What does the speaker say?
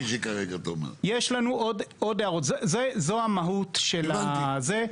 יש לנו עוד הערות, זו המהות של זה.